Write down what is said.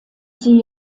sie